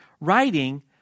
writing